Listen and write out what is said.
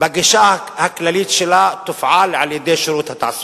בגישה הכללית שלה, תופעל על-ידי שירות התעסוקה.